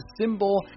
Symbol